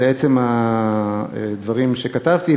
לעצם הדברים שכתבתי,